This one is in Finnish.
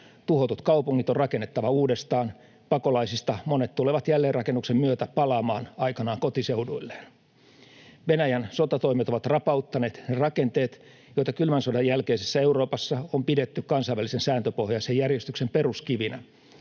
Tuhotut kaupungit on rakennettava uudestaan, pakolaisista monet tulevat jälleenrakennuksen myötä palaamaan aikanaan kotiseuduilleen. Venäjän sotatoimet ovat rapauttaneet ne rakenteet, joita kylmän sodan jälkeisessä Euroopassa on pidetty kansainvälisen sääntöpohjaisen järjestyksen peruskivinä.